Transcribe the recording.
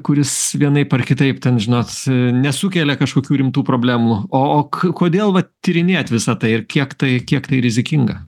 kuris vienaip ar kitaip ten žinot nesukelia kažkokių rimtų problemų o o kodėl vat tyrinėjat visą tai ir kiek tai kiek tai rizikinga